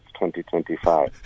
2025